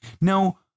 Now